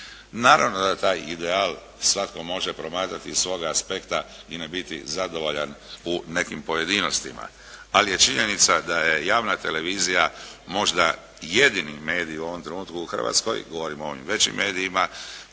Naravno da taj ideal svatko može promatrati iz svoga aspekta i ne biti zadovoljan u nekim pojedinostima ali je činjenica da je javna televizija možda jedini medij u ovom trenutku u Hrvatskoj, govorimo o ovim većim medijima